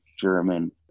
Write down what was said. German